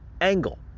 angle